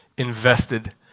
invested